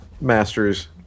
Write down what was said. Masters